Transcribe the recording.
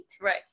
right